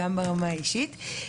גם ברמה האישית.